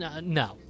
no